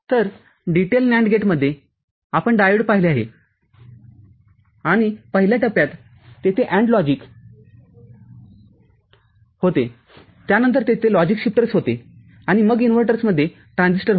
तर DTL NAND गेटमध्ये आपण डायोड पाहिले आहे आणि पहिल्या टप्प्यात तेथे AND लॉजिक होते त्यानंतर तेथे लॉजिक शिफ्टर्स होते आणि मग इन्व्हर्टरमध्ये ट्रान्झिस्टर होता